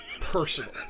personal